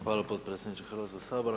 Hvala potpredsjedniče Hrvatskog sabora.